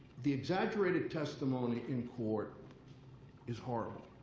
the exaggerated testimony in court is horrible.